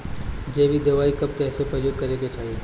जैविक दवाई कब कैसे प्रयोग करे के चाही?